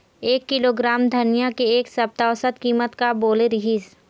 एक किलोग्राम धनिया के एक सप्ता औसत कीमत का बोले रीहिस?